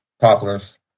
Poplars